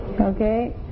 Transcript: okay